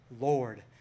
lord